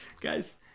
Guys